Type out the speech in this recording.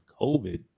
COVID